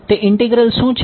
તે ઇંટીગ્રલ શું છે